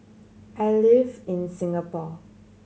I live in Singapore